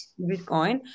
bitcoin